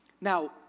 Now